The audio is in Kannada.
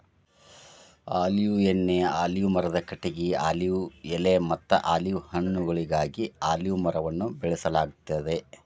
ಆಲಿವ್ ಎಣ್ಣಿ, ಆಲಿವ್ ಮರದ ಕಟಗಿ, ಆಲಿವ್ ಎಲೆಮತ್ತ ಆಲಿವ್ ಹಣ್ಣುಗಳಿಗಾಗಿ ಅಲಿವ್ ಮರವನ್ನ ಬೆಳಸಲಾಗ್ತೇತಿ